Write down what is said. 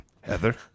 Heather